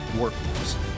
workforce